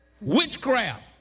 witchcraft